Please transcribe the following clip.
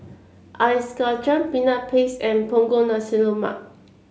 Ice Kachang Peanut Paste and punggol nasi rumak